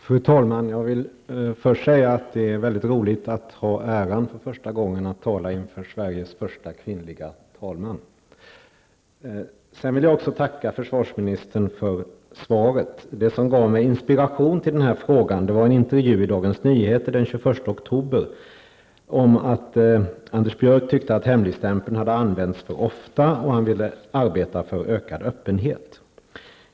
Fru talman! Jag vill först säga att det är mycket roligt att få äran att första gången tala inför Sveriges första kvinnliga talman. Jag vill också tacka försvarsministern för svaret. Inspirationen till min fråga fick jag av en intervju i Dagens Nyheter den 21 oktober. I artikeln ansåg Anders Björck att hemligstämpeln har använts för ofta, och han sade att han vill arbeta för ökad öppenhet.